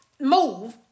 Move